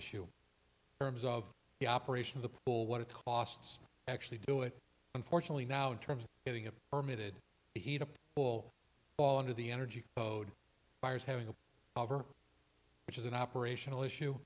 issue terms of the operation of the pool what it costs actually do it unfortunately now in terms of getting a permitted heat up will fall into the energy code buyers having over which is an operational issue